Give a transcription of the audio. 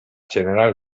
general